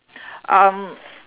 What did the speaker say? um